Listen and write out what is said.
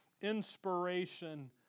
inspiration